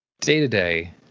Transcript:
day-to-day